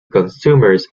consumers